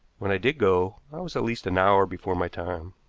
when i did go, i was at least an hour before my time.